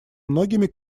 многими